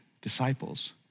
disciples